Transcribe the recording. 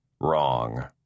Wrong